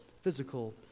physical